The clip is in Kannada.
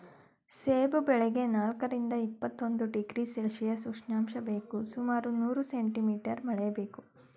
ಸೇಬು ಬೆಳೆಗೆ ನಾಲ್ಕರಿಂದ ಇಪ್ಪತ್ತೊಂದು ಡಿಗ್ರಿ ಸೆಲ್ಶಿಯಸ್ ಉಷ್ಣಾಂಶ ಬೇಕು ಸುಮಾರು ನೂರು ಸೆಂಟಿ ಮೀಟರ್ ಮಳೆ ಬೇಕು